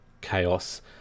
chaos